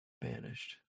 Banished